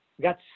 got